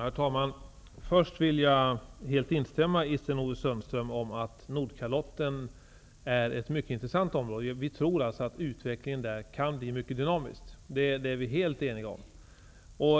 Herr talman! Först vill jag helt instämma i vad Sten Ove Sundström sade om att Nordkalotten är ett mycket intressant område. Vi tror att utvecklingen där kan bli mycket dynamisk. Detta är vi helt eniga om.